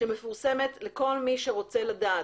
שמפורסמת לכל מי שרוצה לדעת,